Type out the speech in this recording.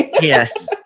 Yes